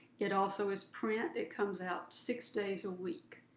it also is print. it comes out six days a week.